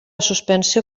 suspensió